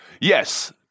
Yes